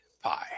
pie